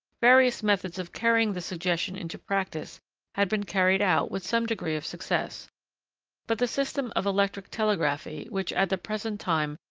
various methods of carrying the suggestion into practice had been carried out with some degree of success but the system of electric telegraphy, which, at the present time,